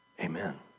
amen